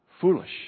foolish